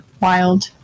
Wild